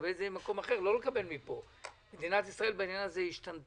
מכאן אבל מדינת ישראל בעניין הזה השתנתה.